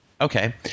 Okay